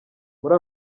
muri